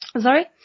Sorry